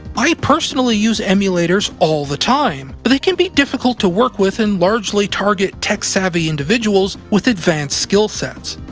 i personally use emulators all the time, but they can be difficult to work with and largely target tech savvy individuals with advanced skill sets.